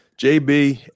JB